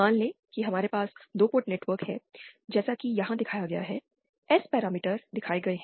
मान लें कि हमारे पास 2 पोर्ट नेटवर्क हैं जैसा कि यहां दिखाया गया है S पैरामीटर दिखाए गए हैं